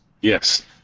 Yes